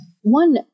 one